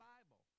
Bible